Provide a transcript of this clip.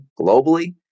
globally